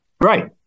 Right